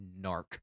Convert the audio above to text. narc